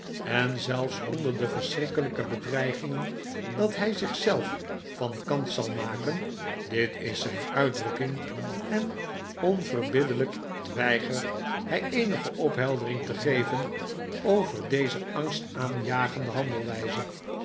en zelfs onder verschrikkelijke bedreigingen dat hij zich zelf van kant zal maken dit is zijn uitdrukking en onverbiddelijk weigert hij eenige opheldering te geven over deze angstaanjagende